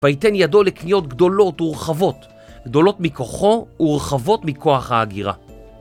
ויתן ידו לקניות גדולות ורחבות, גדולות מכוחו ורחבות מכוח האגירה